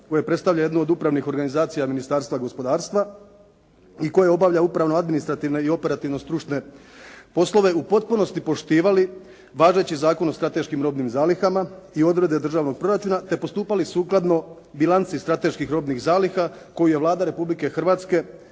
koje predstavlja jednu od upravnih organizacija Ministarstva gospodarstva i koje obavlja upravno-administrativne i operativno-stručne poslove u potpunosti poštivali važeći Zakon o strateškim robnim zalihama i odredbe državnog proračuna te postupali sukladno bilanci strateških robnih zaliha koju je Vlada Republike Hrvatske